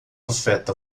afeta